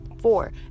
four